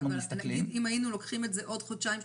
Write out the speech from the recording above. אבל אם היינו לוקחים חודשיים-שלושה